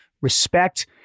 respect